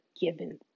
given